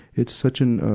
it's such an,